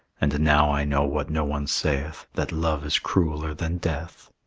and now i know, what no one saith, that love is crueller than death.